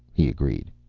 he agreed.